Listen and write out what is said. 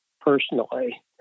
personally